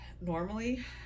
normally